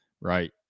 right